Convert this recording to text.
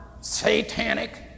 satanic